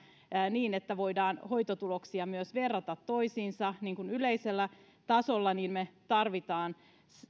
niin että voidaan hoitotuloksia myös verrata toisiinsa yleisellä tasolla me tarvitsemme